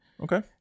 Okay